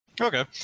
okay